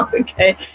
Okay